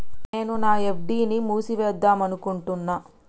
నేను నా ఎఫ్.డి ని మూసివేద్దాంనుకుంటున్న